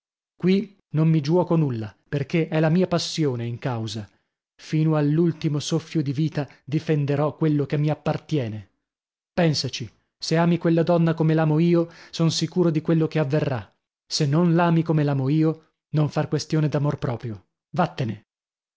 qui non mi giuoco nulla perchè è la mia passione in causa fino all'ultimo soffio di vita difenderò quello che mi appartiene pensaci se ami quella donna come l'amo io son sicuro di quello che avverrà se non l'ami come l'amo io non far questione d'amor proprio vattene